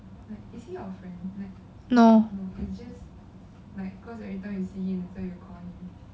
no